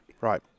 Right